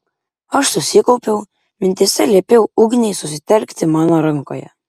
aš susikaupiau mintyse liepiau ugniai susitelkti mano rankoje